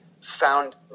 found